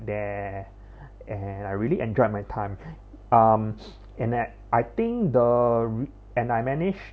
there and I really enjoyed my time um and that I think the and I managed